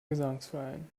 gesangsverein